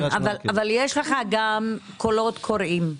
כן, אבל יש לך גם קולות קוראים.